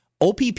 OPP